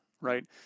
Right